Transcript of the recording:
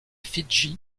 fidji